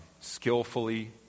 skillfully